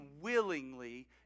willingly